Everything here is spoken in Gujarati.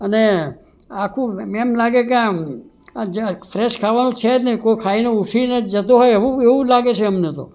અને આખું એમ લાગે કે આમ આ જાણે ફ્રેશ ખાવાનું છે જ નહીં કોક ખાઈને ઊઠીને જતો હોય એવું એવુ લાગે છે અમને તો